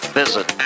visit